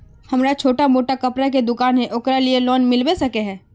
हमरा छोटो मोटा कपड़ा के दुकान है ओकरा लिए लोन मिलबे सके है?